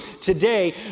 today